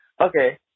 okay